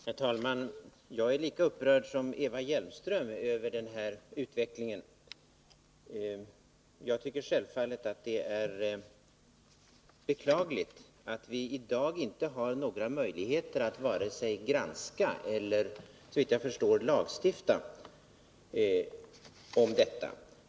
Herr talman! Jag är lika upprörd som Eva Hjelmström över den här utvecklingen. Jag tycker självfallet att det är beklagligt att vi i dag inte har några möjligheter att vare sig granska eller så vitt jag förstår lagstifta om detta.